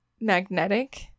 magnetic